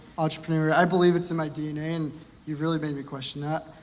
entrepreneur, i believe it's in my dna and you've really made me question that,